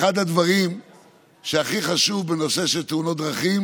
אחד הדברים שהכי חשוב בנושא של תאונות דרכים